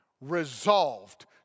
resolved